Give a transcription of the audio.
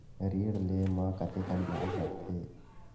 ऋण ले म कतेकन ब्याज लगथे?